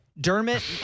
Dermot